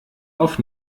auf